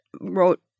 wrote